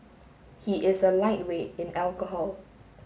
he is a lightweight in alcohol